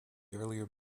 earlier